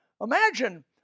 imagine